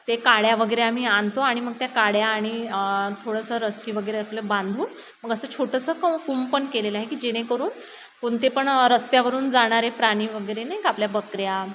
ते काड्या वगैरे आम्ही आणतो आणि मग त्या काड्या आणि थोडंसं रस्सी वगैरे आपलं बांधून मग असं छोटंसं कम कुंपण केलेलं आहे की जेणेकरून कोणते पण रस्त्यावरून जाणारे प्राणी वगैरे नाही का आपल्या बकऱ्या